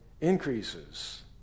Increases